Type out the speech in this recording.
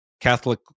Catholic